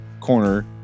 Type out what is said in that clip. corner